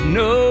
no